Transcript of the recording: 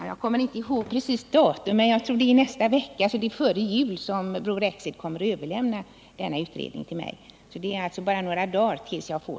Herr talman! Jag kommer inte ihåg exakt datum, men jag tror att det är nästa vecka — alltså före jul — som Bror Rexed kommer att överlämna en utredningsrapport till mig. Det dröjer alltså bara några dagar.